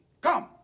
Come